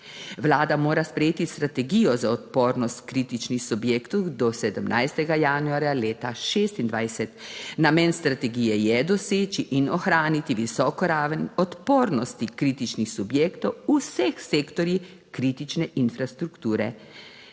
Vlada mora sprejeti strategijo za odpornost kritičnih subjektov do 17. januarja leta 2026. Namen strategije je doseči in ohraniti visoko raven odpornosti kritičnih subjektov v vseh sektorjih kritične infrastrukture